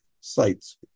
sites